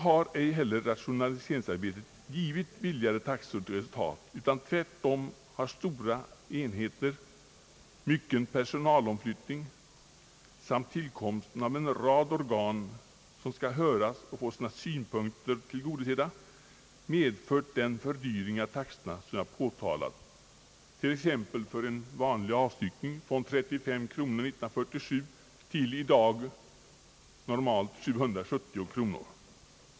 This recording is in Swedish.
Rationaliseringsarbetet har inte gett billigare taxor till resultat; tvärtom har stora enheter, mycken personalomflyttning samt tillkomsten av en rad organ, som skall höras och få sina synpunkter tillgodosedda, medfört den fördyring av taxorna som jag påtalat, t.ex. en avstyckningskostnad på 35 kronor år 1947 till i dag normalt 770 kronor.